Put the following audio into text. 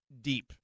deep